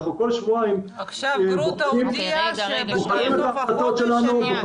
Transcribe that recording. אנחנו כל שבועיים בודקים את ההחלטות שלנו,